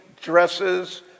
dresses